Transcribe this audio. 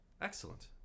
excellent